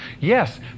Yes